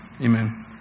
Amen